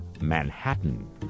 Manhattan